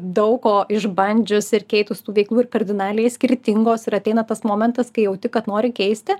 daug ko išbandžiusi ir keitus tų veiklų ir kardinaliai skirtingos ir ateina tas momentas kai jauti kad nori keisti